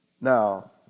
Now